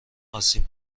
آسیب